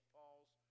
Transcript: Paul's